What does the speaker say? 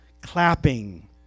clapping